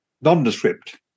nondescript